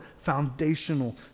foundational